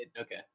okay